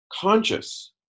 conscious